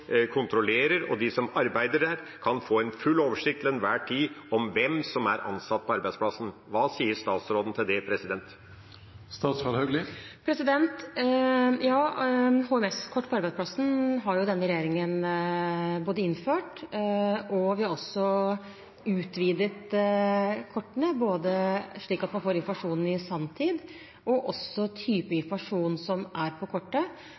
kontrollerer, og de som arbeider der, kan få en full oversikt til enhver tid over hvem som er ansatt på arbeidsplassen. Hva sier statsråden til det? HMS-kort på arbeidsplassen har denne regjeringen innført, og vi har også utvidet kortene slik at man får informasjon i sanntid, både når det gjelder typen informasjon som er på kortet,